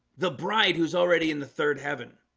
the bride who's already in the third heaven